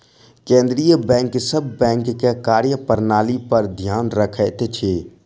केंद्रीय बैंक सभ बैंक के कार्य प्रणाली पर ध्यान रखैत अछि